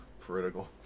critical